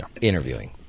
interviewing